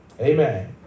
Amen